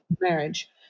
marriage